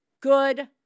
good